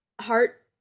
heart